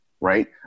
right